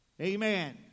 Amen